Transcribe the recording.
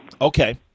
Okay